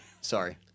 sorry